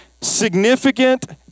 significant